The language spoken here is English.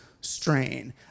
strain